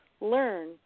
learn